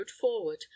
forward